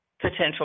potential